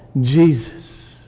Jesus